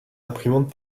imprimante